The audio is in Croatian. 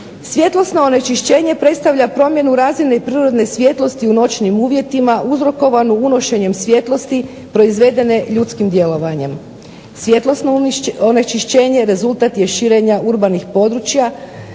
Svjetlosno onečišćenje predstavlja promjenu razine i prirodne svjetlosti u noćnim uvjetima uzrokovanu unošenjem svijetlosti proizvedene ljudskim djelovanjem. Svjetlosno onečišćenje rezultat je širenja urbanih područja